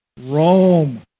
Rome